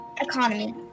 economy